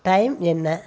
time என்ன